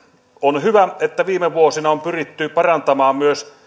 on hyvä että viime vuosina on pyritty parantamaan myös